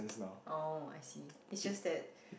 oh I see it's just that